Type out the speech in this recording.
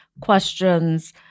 questions